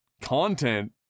content